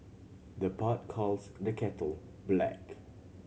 the pot calls the kettle black